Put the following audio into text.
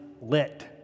lit